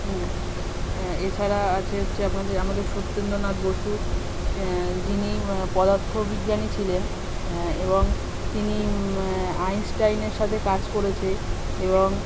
এছাড়া আছে হচ্ছে আপনাদের আমাদের সত্যেন্দ্রনাথ বসু যিনি পদার্থ বিজ্ঞানী ছিলেন এবং তিনি আইনস্টাইনের সাথে কাজ করেছে এবং